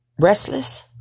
restless